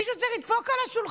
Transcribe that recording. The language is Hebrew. מישהו צריך לדפוק על השולחן.